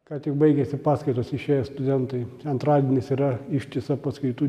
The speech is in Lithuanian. ką tik baigėsi paskaitos išėję studentai antradienis yra ištisa paskaitų